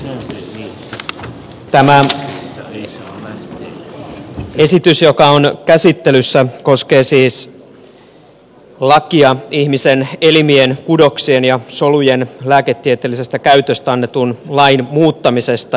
tämä esitys joka on käsittelyssä koskee siis lakia ihmisen elimien kudoksien ja solujen lääketieteellisestä käytöstä annetun lain muuttamisesta